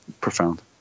profound